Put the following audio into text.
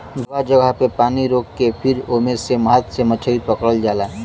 जगह जगह पे पानी रोक के फिर ओमे से हाथ से मछरी पकड़ल जाला